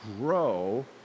grow